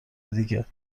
دیگه